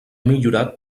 millorat